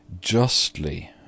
justly